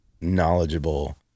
knowledgeable